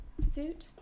suit